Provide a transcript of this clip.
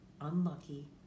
unlucky